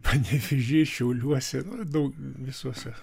panevėžy šiauliuose na daug visuose